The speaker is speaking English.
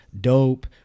Dope